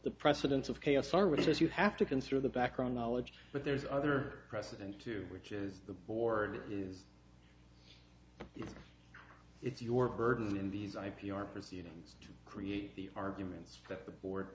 the precedence of chaos are which as you have to consider the background knowledge but there's other precedent to which is the board is it's your burden in these i p r proceedings to create the arguments that the board